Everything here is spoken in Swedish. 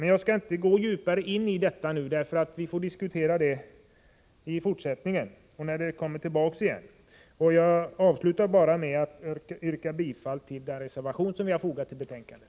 Men jag skall inte tränga djupare in i detta, eftersom vi får tillfälle att diskutera den här frågan när den remitterade propositionen kommit tillbaka. Avslutningsvis yrkar jag bifall till den reservation som är fogad vid betänkandet.